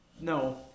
no